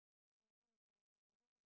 they nothing better to do ah